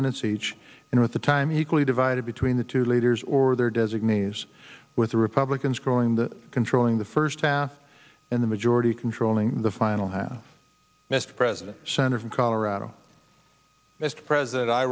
minutes each one with the time equally divided between the two leaders or their designees with the republicans growing the controlling the first half in the majority controlling the final house mr president senator from colorado mr president i